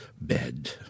bed